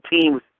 team's